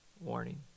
warning